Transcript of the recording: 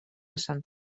sant